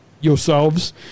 yourselves